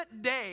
day